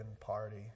Party